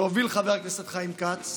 שהוביל חבר הכנסת חיים כץ,